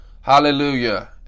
Hallelujah